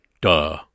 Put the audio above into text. Duh